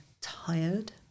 tired